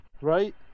right